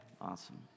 awesome